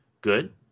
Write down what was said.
good